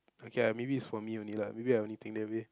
okay ah maybe is for me only lah maybe I only think that way